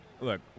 look